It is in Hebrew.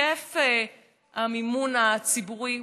היקף המימון הציבורי,